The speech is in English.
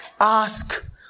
ask